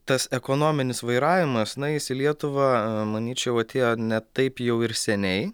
tas ekonominis vairavimas na jis į lietuvą manyčiau atėjo ne taip jau ir seniai